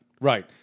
Right